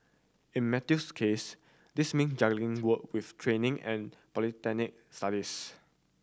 in Matthew's case this mean juggling work with training and polytechnic studies